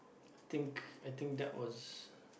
think I think that was